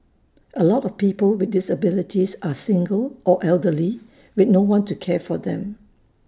A lot of people with disabilities are single or elderly with no one to care for them